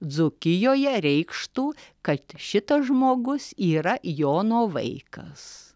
dzūkijoje reikštų kad šitas žmogus yra jono vaikas